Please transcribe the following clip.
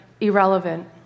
irrelevant